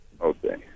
Okay